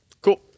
Cool